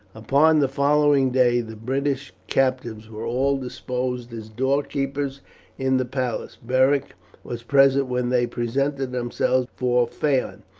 upon the following day the british captives were all disposed as door keepers in the palace. beric was present when they presented themselves before phaon,